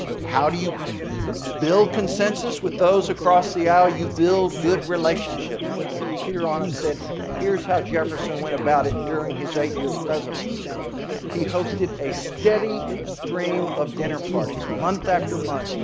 how do you build consensus with those across the aisle you build good relationships with them. peter onuff said here's how jefferson went about it during his eight-year presidency he hosted a steady stream of dinner parties, month after month,